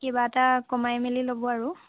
কিবা এটা কমাই মেলি ল'ব আৰু